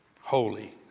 holy